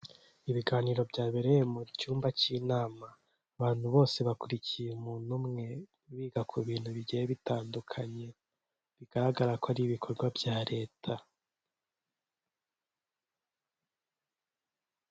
Ibiganiro byabereye mu cyumba cy'inama, abantu bose bakurikiye umuntu umwe biga ku bintu bigiye bitandukanye, bigaragara ko ari ibikorwa bya leta.